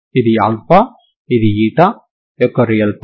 ఇది అనునది యొక్క రియల్ పార్ట్